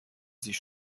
sich